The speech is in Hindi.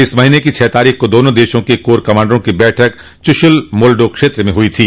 इस महीने की छह तारीख को दोनों देशों के कोर कमांडरों की बैठक चुशुल मोलडो क्षेत्र में हुई थी